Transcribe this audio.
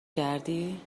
کردی